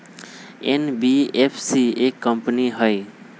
NBFC एक company हई?